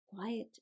quiet